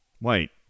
Wait